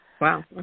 Wow